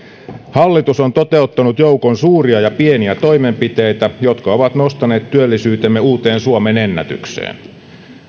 hallitus on toteuttanut joukon suuria ja pieniä toimenpiteitä jotka ovat nostaneet työllisyytemme uuteen suomenennätykseen